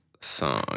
song